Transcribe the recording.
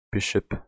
Bishop